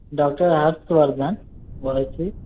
doctor Harshvardhan बोलै छी